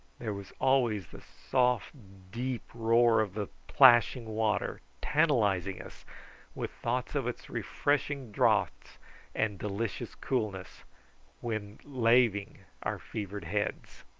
there was always the soft deep roar of the plashing water tantalising us with thoughts of its refreshing draughts and delicious coolness when laving our fevered heads.